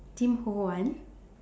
Tim-Ho-Wan